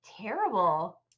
terrible